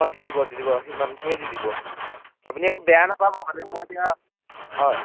অঁ দি দিব দি দিব সিমানটোৱে দি দিব আপুনি আকৌ বেয়া নাপাব মানে মই এতিয়া হয়